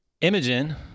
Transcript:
Imogen